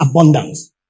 abundance